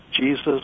Jesus